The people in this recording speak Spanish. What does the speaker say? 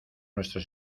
nuestro